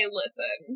listen